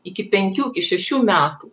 iki penkių šešių metų